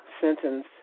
sentence